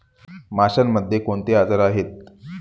माशांमध्ये कोणते आजार आहेत?